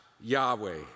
Yahweh